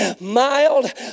mild